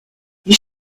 you